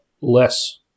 less